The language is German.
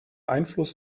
einfluss